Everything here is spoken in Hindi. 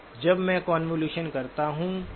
जब मैं कोंवोलुशन करता हूं तो